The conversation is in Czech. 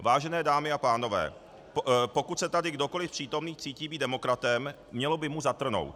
Vážené dámy a pánové, pokud se tady kdokoliv z přítomných cítí být demokratem, mělo by mu zatrnout.